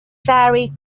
fairy